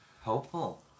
Hopeful